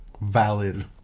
valid